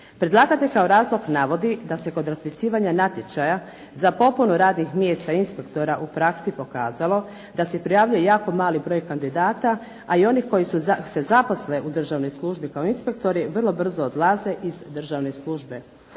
Predlagatelj kao razlog navodi da se kod raspisivanja natječaja za popunu radnih mjesta inspektora u praksi pokazalo da se prijavljuje jako mali broj kandidata, a i oni koji se zaposle u državnoj službi kao inspektori vrlo brzo odlaze iz državne službe.